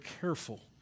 careful